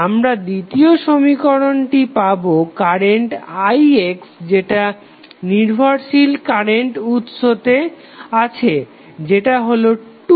আমরা দ্বিতীয় সমীকরণটি পাবে কারেন্ট ix যেটা নির্ভরশীল কারেন্ট উৎসতে আছে যেটা হলো 2ix